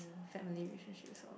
family relationships or